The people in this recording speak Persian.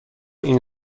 این